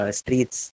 streets